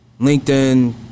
LinkedIn